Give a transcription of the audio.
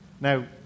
Now